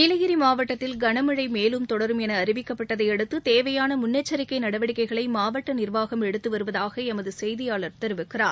நீலகிரி மாவட்டத்தில் கனமனழ மேலும் தொடரும் என அறிவிக்கப்பட்டதையடுத்து தேவையான முன்னெச்சிக்கை நடவடிக்கைகளை மாவட்ட நீர்வாகம் எடுத்து வருவதாக எமது செய்தியாளர் கெரிவிக்கிறார்